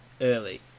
early